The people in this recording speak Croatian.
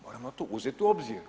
Moramo to uzeti u obzir.